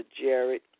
Jared